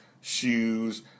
Shoes